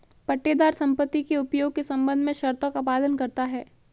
पट्टेदार संपत्ति के उपयोग के संबंध में शर्तों का पालन करता हैं